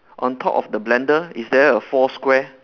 on top of the blender is there a four square